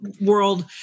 world